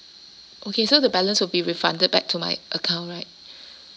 okay so the balance will be refunded back to my account right